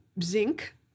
Zinc